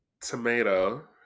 Tomato